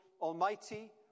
almighty